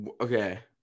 Okay